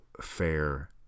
fair